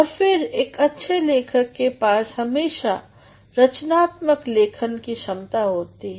और फिर एक अच्छे लेखक के पास हमेशा रचनात्मक लेखन की क्षमता होती है